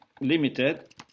limited